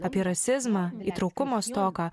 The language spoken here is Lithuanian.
apie rasizmą trūkumo stoką